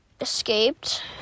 escaped